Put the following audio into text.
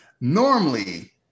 normally